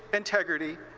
integrity.